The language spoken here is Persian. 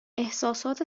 احساسات